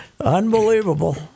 Unbelievable